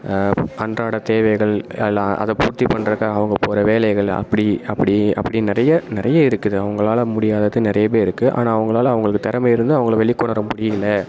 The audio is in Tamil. அன்றாட தேவைகள் அதெலாம் அதை பூர்த்திப் பண்றக்காக அவங்க போகற வேலைகள் அப்படி அப்படி அப்படி நிறைய நிறைய இருக்குது அவங்களால முடியாதது நிறையவே இருக்கு ஆனால் அவங்களால அவங்களுக்கு திறமை இருந்தும் அவங்கள வெளிக்கொணர முடியல